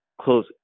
close